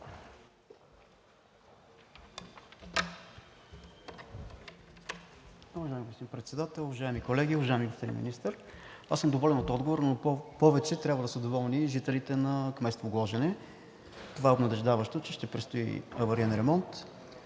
Благодаря, господин Председател. Уважаеми колеги! Уважаеми господин Министър, аз съм доволен от отговора, но повече трябва да са доволни жителите на кметство Гложене. Това е обнадеждаващо, че ще предстои авариен ремонт.